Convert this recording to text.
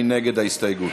מי נגד ההסתייגות?